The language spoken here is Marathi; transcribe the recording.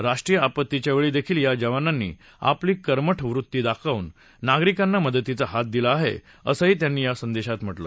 राष्ट्रीय आपत्तीच्यावेळी देखील या जवानांनी आपली कर्मठ वृत्ती दाखवून नागरिकांना मदतीचा हात दिला आहे असंही ते या संदेशात म्हणाले